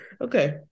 Okay